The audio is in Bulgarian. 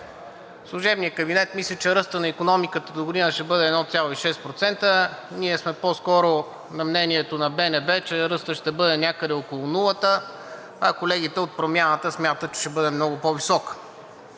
Служебният кабинет мисли, че ръстът на икономиката догодина ще бъде 1,6%, а ние по-скоро сме на мнението на БНБ, че ръстът ще бъде някъде около нулата, а колегите от Промяната смятат, че ще бъде много по-висок.